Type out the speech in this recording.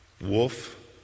wolf